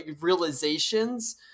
realizations